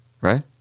Right